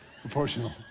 proportional